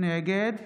נגד